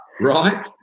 right